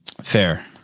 Fair